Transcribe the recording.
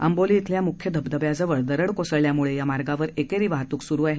आंबोली इथल्या मुख्य धबधब्याजवळ दरड कोसळल्यामुळे या मार्गावर एकेरी वाहतूक सुरु आहे